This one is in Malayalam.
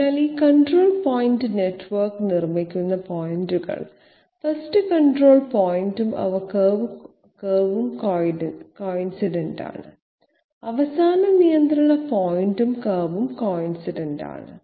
അതിനാൽ ഈ കൺട്രോൾ പോയിന്റ് നെറ്റ്വർക്ക് നിർമ്മിക്കുന്ന പോയിന്റുകൾ 1st കൺട്രോൾ പോയിന്റും അവ കർവും കോയിൻസിഡന്റാണ് അവസാന നിയന്ത്രണ പോയിന്റും കർവും കോയിൻസിഡന്റാണ്